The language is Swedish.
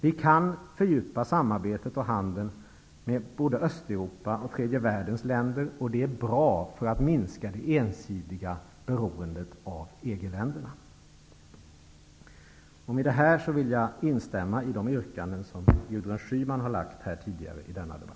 Vi kan fördjupa samarbetet och handeln med både Östeuropa och tredje världens länder, och det är bra, för att minska det ensidiga beroendet av EG Med det här instämmer jag i de yrkanden som Gudrun Schyman tidigare i denna debatt har framställt.